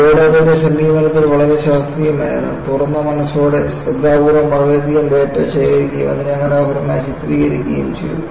board അതിന്റെ സമീപനത്തിൽ വളരെ ശാസ്ത്രീയമായിരുന്നു തുറന്ന മനസ്സോടെ ശ്രദ്ധാപൂർവ്വം വളരെയധികം ഡാറ്റയും ശേഖരിക്കുകയും അതിനെ മനോഹരമായി ചിത്രീകരിക്കുകയും ചെയ്തു